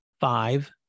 Five